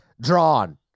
Drawn